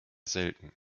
selten